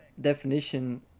definition